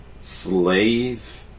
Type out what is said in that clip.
slave